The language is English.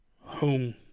home